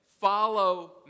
Follow